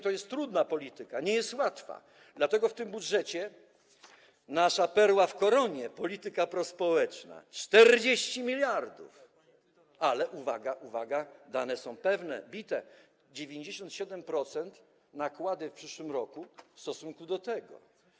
To jest trudna polityka, nie jest ona łatwa, dlatego w tym budżecie nasza perła w koronie, polityka prospołeczna - 40 mld, ale uwaga, uwaga, dane są pewne, bite: 97% nakładów w przyszłym roku w stosunku do obecnego.